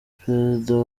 perezida